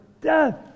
death